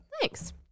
Thanks